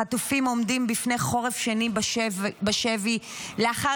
החטופים עומדים בפני חורף שני בשבי לאחר